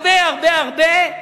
הרבה-הרבה-הרבה